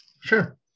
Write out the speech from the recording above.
Sure